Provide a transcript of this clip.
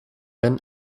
ben